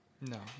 No